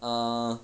err